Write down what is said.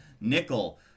Nickel